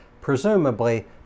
Presumably